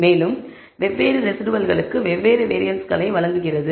மேலும் வெவ்வேறு ரெஸிடுவல்களுக்கு வெவ்வேறு வேரியன்ஸ்களை வழங்குகிறது